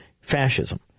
fascism